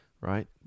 right